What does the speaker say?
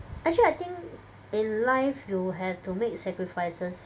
actually I think in life you have to make sacrifices